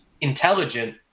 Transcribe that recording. intelligent